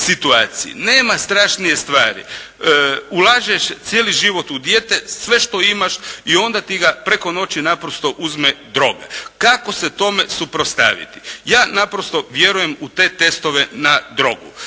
situaciji. Nema strašnije stvari, ulažeš cijeli život u dijete sve što imaš i onda ti ga preko noći naprosto uzme droga. Kako se tome suprotstaviti? Ja naprosto vjerujem u te testove na drogu.